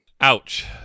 Ouch